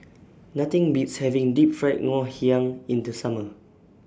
Nothing Beats having Deep Fried Ngoh Hiang in The Summer